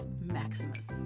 Maximus